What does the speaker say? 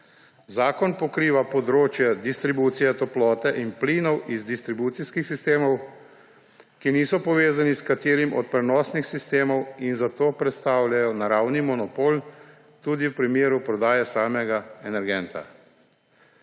Zakon pokriva področje distribucije toplote in plinov iz distribucijskih sistemov, ki niso povezani s katerim od prenosnih sistemov in zato predstavljajo naravni monopol tudi v primeru prodaje samega energenta.